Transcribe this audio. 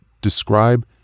describe